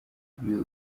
w’uyu